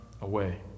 away